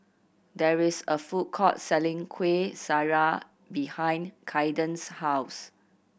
there is a food court selling Kuih Syara behind Kaiden's house